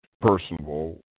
personable